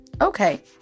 Okay